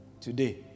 today